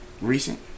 Recent